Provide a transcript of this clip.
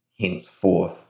henceforth